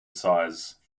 size